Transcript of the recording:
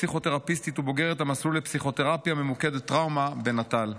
פסיכותרפיסטית ובוגרת המסלול לפסיכותרפיה ממוקדת טראומה בנט"ל.